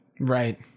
Right